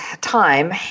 time